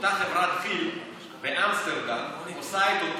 אותה חברת כיל באמסטרדם עושה את אותו